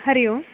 हरिः ओं